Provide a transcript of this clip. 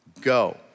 go